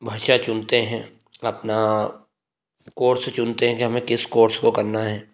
भाषा चुनते हैं अपना कोर्स चुनते हैं कि हमें किस कोर्स को करना है